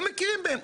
לא מכירים בהם.